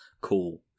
cool